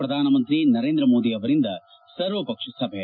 ಪ್ರಧಾನಮಂತ್ರಿ ನರೇಂದ್ರ ಮೋದಿ ಅವರಿಂದ ಸರ್ವಪಕ್ಷ ಸಭೆ